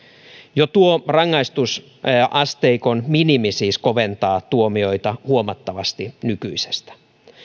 jo tuo rangaistusasteikon minimi siis koventaa tuomioita huomattavasti nykyisestä